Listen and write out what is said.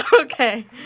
Okay